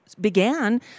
began